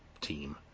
team